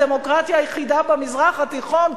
הדמוקרטיה היחידה במזרח התיכון,